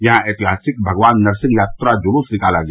यहां ऐतिहासिक भगवान नरसिंह यात्रा जुलूस निकाला गया